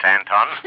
Anton